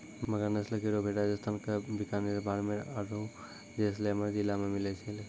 मगरा नस्ल केरो भेड़ राजस्थान क बीकानेर, बाड़मेर आरु जैसलमेर जिला मे मिलै छै